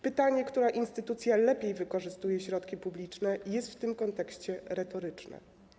Pytanie, która instytucja lepiej wykorzystuje środki publiczne, jest w tym kontekście retoryczne.